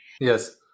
Yes